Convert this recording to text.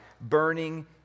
burning